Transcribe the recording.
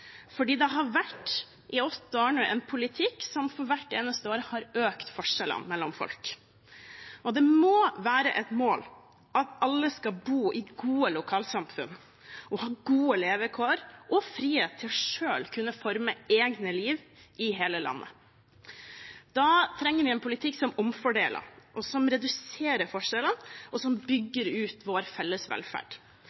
det har i åtte år nå vært en politikk som hvert eneste år har økt forskjellene mellom folk. Det må være et mål at alle skal bo i gode lokalsamfunn og ha gode levekår og frihet til selv å kunne forme eget liv, i hele landet. Da trenger vi en politikk som omfordeler, som reduserer forskjellene, og som